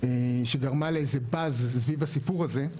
שגרמה לאיזה באז סביב הסיפור הזה.